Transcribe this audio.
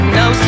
no